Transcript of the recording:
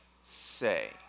say